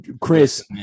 Chris